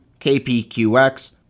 KPQX